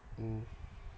mmhmm